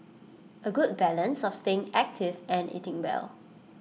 A good balance of staying active and eating well